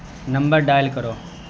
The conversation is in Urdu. نمبر ڈائل کرو